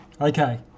Okay